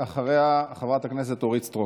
אחריה, חברת הכנסת אורית סטרוק,